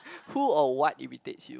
who or what irritates you